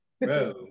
bro